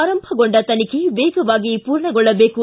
ಆರಂಭಗೊಂಡ ತನಿಖೆ ವೇಗವಾಗಿ ಪೂರ್ಣಗೊಳ್ಳಬೇಕು